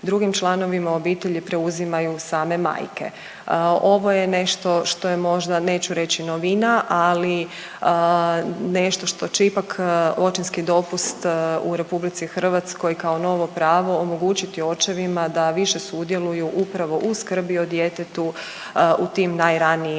drugim članovima obitelji preuzimaju same majke. Ovo je nešto što je možda neću reći novina, ali nešto što će ipak očinski dopust u RH kao novo pravo omogućiti očevima da više sudjeluju upravo u skrbi o djetetu u tim najranijim